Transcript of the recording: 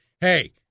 Hey